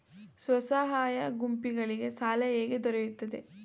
ಸ್ವಸಹಾಯ ಗುಂಪುಗಳಿಗೆ ಸಾಲ ಹೇಗೆ ದೊರೆಯುತ್ತದೆ?